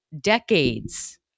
decades